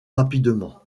rapidement